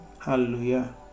Hallelujah